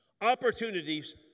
Opportunities